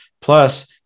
Plus